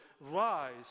Rise